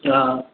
हा